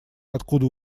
откуда